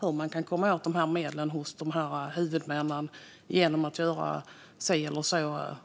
hur man kan komma åt dessa medel hos huvudmännen genom att göra si eller så.